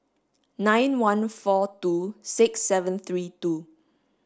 nine one four two six seven three two